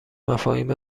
مفاهیم